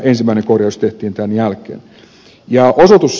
ensimmäinen korjaus tehtiin tämän jälkeen